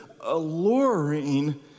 alluring